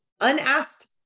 unasked